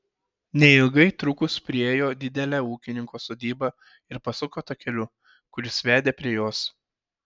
neilgai trukus priėjo didelę ūkininko sodybą ir pasuko takeliu kuris vedė prie jos